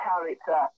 character